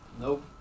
Nope